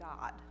God